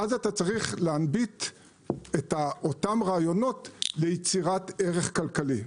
ואז אתה צריך להנביט אותם רעיונות ליצירת ערך כלכלי,